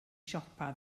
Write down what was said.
siopa